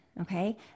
Okay